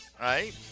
right